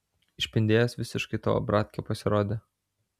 išpindėjęs visiškai tavo bratkė pasirodė